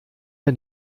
der